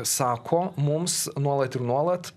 sako mums nuolat ir nuolat